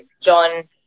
John